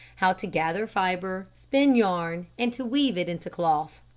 how to gather fibre, spin yarn and to weave it into cloth.